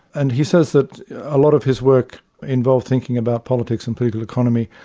and he says that a lot of his work involved thinking about politics and political economy,